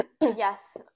yes